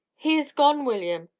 he is gone, william!